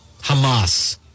Hamas